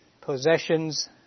possessions